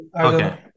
Okay